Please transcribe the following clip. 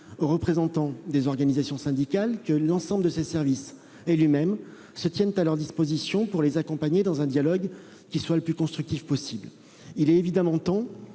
aux représentants des organisations syndicales que l'ensemble de ses services et lui-même se tenaient à leur disposition pour les accompagner dans un dialogue qui soit le plus constructif possible. Il est évidemment temps